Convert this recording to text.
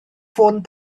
ffôn